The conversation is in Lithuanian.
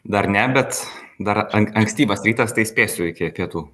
dar ne bet dar an ankstyvas rytas tai spėsiu iki pietų